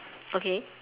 okay